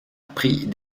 prit